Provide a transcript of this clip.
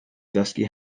ddysgu